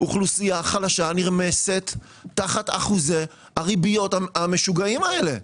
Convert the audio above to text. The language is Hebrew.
אוכלוסייה חלשה נרמסת תחת אחוזי הריביות המשוגעים האלה.